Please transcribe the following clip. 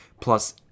plus